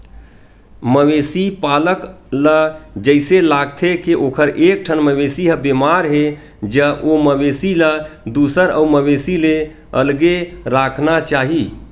मवेशी पालक ल जइसे लागथे के ओखर एकठन मवेशी ह बेमार हे ज ओ मवेशी ल दूसर अउ मवेशी ले अलगे राखना चाही